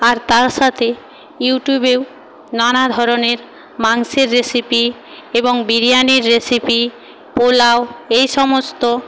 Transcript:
আর তার সাথে ইউটিউবেও নানা ধরনের মাংসের রেসিপি এবং বিরিয়ানির রেসিপি পোলাও এই সমস্ত